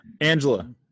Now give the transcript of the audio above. Angela